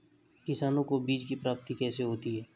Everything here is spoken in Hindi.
किसानों को बीज की प्राप्ति कैसे होती है?